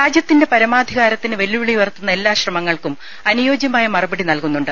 രാജ്യത്തിന്റെ പരമാധികാരത്തിന് വെല്ലുവിളി ഉയർത്തുന്ന എല്ലാ ശ്രമങ്ങൾക്കും അനുയോജ്യമായ മറുപടി നൽകുന്നുണ്ട്